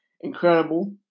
incredible